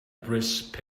brisk